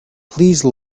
please